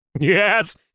Yes